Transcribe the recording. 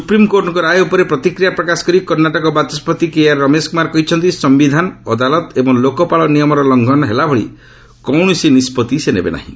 ସୁପ୍ରିମ୍କୋର୍ଟଙ୍କ ରାୟ ଉପରେ ପ୍ରତିକ୍ରିୟା ପ୍ରକାଶ କରି କର୍ଷ୍ଣାଟକ ବାଚସ୍କତି କେ ଆର୍ ରମେଶ କୁମାର କହିଛନ୍ତି ସମ୍ଭିଧାନ ଅଦାଲତ ଏବଂ ଲୋକପାଳ ନିୟମର ଲଙ୍ଘନ ହେଲାଭଳି କୌଣସି ନିଷ୍ପଭି ସେ ନେବେ ନାହିଁ